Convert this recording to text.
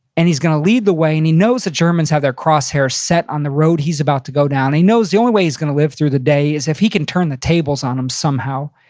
and he's gonna lead the way. and he knows the germans have their cross hairs set on the road he's about to go down. he knows the only way he's gonna live through the day is if he can turn the tables on them somehow.